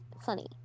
Funny